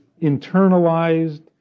internalized